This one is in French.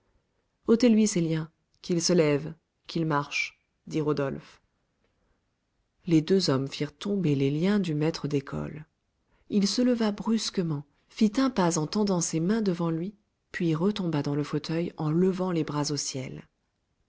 otez lui ses liens qu'il se lève qu'il marche dit rodolphe les deux hommes firent tomber les liens du maître d'école il se leva brusquement fit un pas en tendant ses mains devant lui puis retomba dans le fauteuil en levant les bras au ciel